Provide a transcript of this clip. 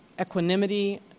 equanimity